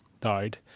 died